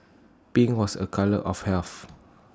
pink was A colour of health